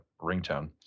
ringtone